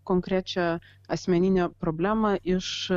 konkrečią asmeninę problemą iš